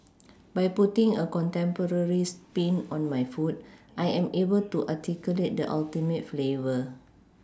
by putting a contemporary sPin on my food I am able to articulate the ultimate flavour